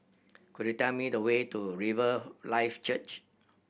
could you tell me the way to Riverlife Church